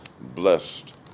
blessed